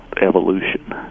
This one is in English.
evolution